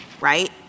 right